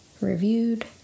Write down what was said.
reviewed